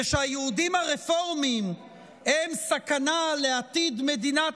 ושהיהודים הרפורמים הם סכנה לעתיד מדינת